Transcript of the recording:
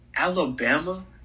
Alabama